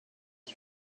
you